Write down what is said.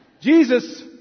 Jesus